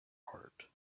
heart